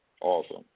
Awesome